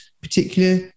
particular